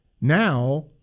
Now